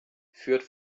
führt